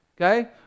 Okay